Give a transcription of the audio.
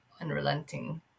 unrelenting